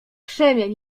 krzemień